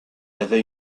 avait